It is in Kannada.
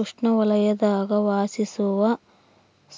ಉಷ್ಣವಲಯದಾಗ ವಾಸಿಸುವ